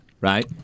Right